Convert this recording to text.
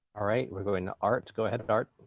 all right. we're going to art. go ahead, and art.